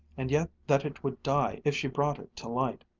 and yet that it would die if she brought it to light.